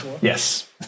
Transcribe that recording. Yes